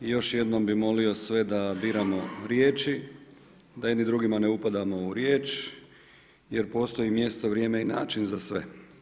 I još jednom bi molio sve da biramo riječi, da jedni drugima ne upadamo u riječ jer postoji mjesto, vrijeme i način za sve.